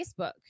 Facebook